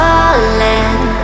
Falling